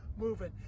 moving